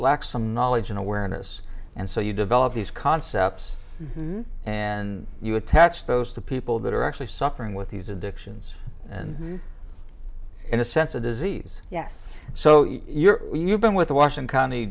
lack some knowledge and awareness and so you develop these concepts and you attach those to people that are actually suffering with these addictions and in a sense a disease yes so you're you've been with the washing co